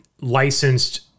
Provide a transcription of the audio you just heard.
licensed